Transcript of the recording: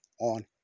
on